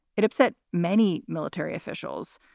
it upset many military officials,